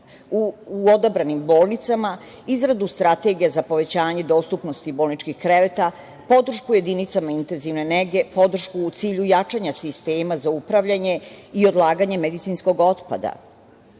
u odabranim bolnicama, izradu strategije za povećanje dostupnosti bolničkih kreveta, podršku jedinicama intenzivne nege, podršku u cilju jačanja sistema za upravljanje i odlaganje medicinskog otpada. Ono